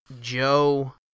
Joe